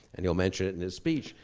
and he'll mention it in his speech,